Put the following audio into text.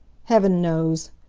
heaven knows!